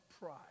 pride